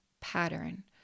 pattern